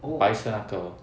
白色那个